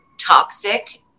toxic